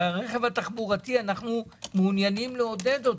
את הרכב התחבורתי אנחנו מעוניינים לעודד.